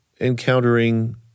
encountering